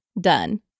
done